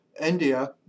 India